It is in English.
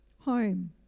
home